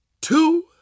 two